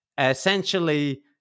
essentially